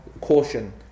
caution